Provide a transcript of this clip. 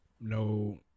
No